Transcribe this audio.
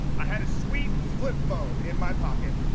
i had a sweet flip phone in my pocket